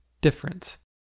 difference